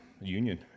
Union